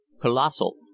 colossal